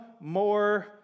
more